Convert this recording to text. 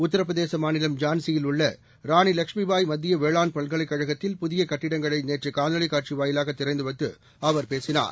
உத்தரபிரதேச மாநிலம் ஜான்சியில் உள்ள ராணி லகுட்மிபாய் மத்திய வேளாண் பல்கலைக் கழகத்தில் புதிய கட்டிடங்களை நேற்று காணொலிக் காட்சி வாயிலாக திறந்துவைத்து அவர் பேசினார்